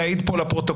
ואעיד פה לפרוטוקול,